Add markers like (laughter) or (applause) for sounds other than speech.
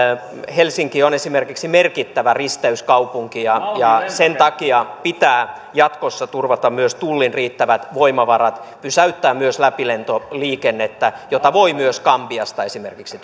helsinki on esimerkiksi merkittävä risteyskaupunki ja sen takia pitää jatkossa turvata myös tullin riittävät voimavarat pysäyttää läpilentoliikennettä jota voi myös esimerkiksi (unintelligible)